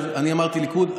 אמרתי ליכוד,